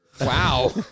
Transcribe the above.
Wow